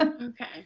Okay